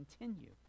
continue